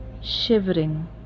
shivering